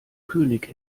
könig